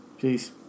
Peace